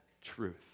truth